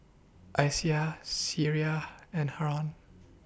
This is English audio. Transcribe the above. Aishah Syirah and Haron